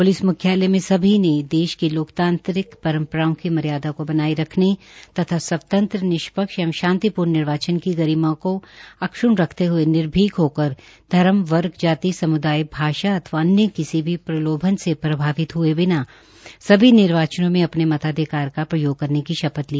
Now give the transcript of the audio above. police म्ख्यालय में सभी वे देश की लोकतांत्रिक परंपराओं की मर्यादा को बनाये रखने तथा स्वतंत्र निष्पक्ष एवं शांति निर्वाचन की गरिमा को अक्षण रख्ते हये निर्भीक होकर धर्म वर्ग जाति सम्दाय भाषा अथवा अन्य किसी भी प्रलोभन से प्रभावित हये बिना सभी निर्वाचनों में अपने मताधिकार का प्रयोग करने की शपथ की